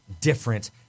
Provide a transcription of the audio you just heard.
different